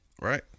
Right